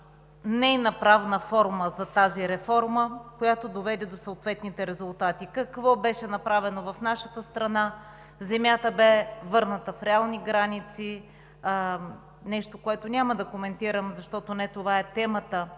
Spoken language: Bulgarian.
нейна правна форма за тази реформа, която доведе до съответни резултати. Какво беше направено в нашата страна? Земята беше върната в реални граници – нещо, което няма да коментирам, защото не това е темата